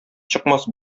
чыкмас